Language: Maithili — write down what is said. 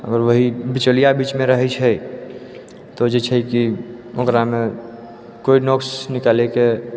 अगर वही बिचौलिया बीचमे रहै छै तऽ ओ जे छै की ओकरामे कोइ नुक्स निकालैके